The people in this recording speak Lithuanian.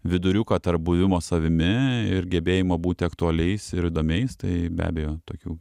viduriuką tarp buvimo savimi ir gebėjimo būti aktualiais ir įdomiais tai be abejo tokių